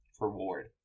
reward